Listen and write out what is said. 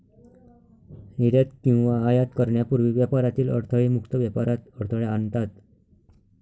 निर्यात किंवा आयात करण्यापूर्वी व्यापारातील अडथळे मुक्त व्यापारात अडथळा आणतात